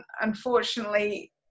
unfortunately